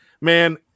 man